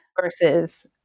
versus